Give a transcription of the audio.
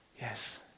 Yes